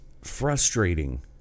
frustrating